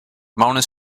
bonus